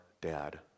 dad